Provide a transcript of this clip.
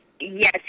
yes